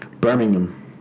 Birmingham